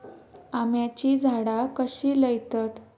आम्याची झाडा कशी लयतत?